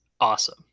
awesome